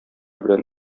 белән